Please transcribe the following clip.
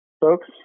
folks